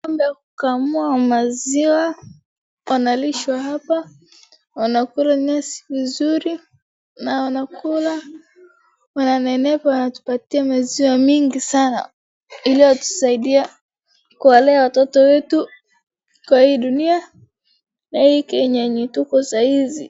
Ng'ombe wa kukamua maziwa wanalishwa hapa wanakula nyasi vizuri na wanakula wananenepa wanatupatia maziwa mingi sana. Ili watusaidia kuwalea watoto wetu kwa hii dunia na hii Kenya tuko sahizi.